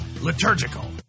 liturgical